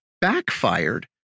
backfired